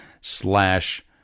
slash